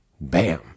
Bam